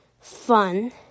fun